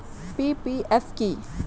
PPF কি?